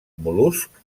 mol·luscs